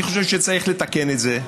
אני חושב שצריך לתקן את זה,